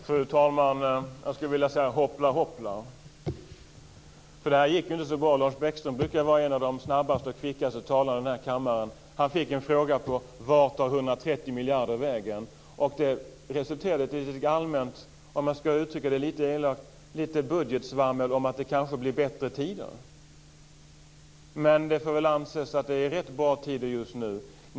Fru talman! Jag skulle vilja säga: Hoppla, hoppla! Det här gick inte så bra. Lars Bäckström brukar vara en av de snabbaste och kvickaste talarna i denna kammare. Han fick en fråga: Var tar 130 miljarder vägen? Det resulterade i ett lite allmänt - om jag ska uttrycka det lite elakt - budgetsvammel om att det kanske blir bättre tider. Det får väl anses att det är rätt bra tider just nu.